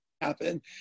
happen